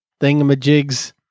thingamajigs